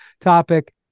topic